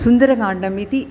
सुन्दरकाण्डम् इति